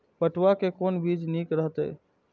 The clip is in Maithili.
पटुआ के कोन बीज निक रहैत?